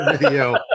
video